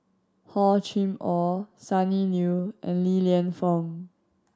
Hor Chim Or Sonny Liew and Li Lienfung